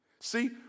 See